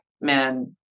men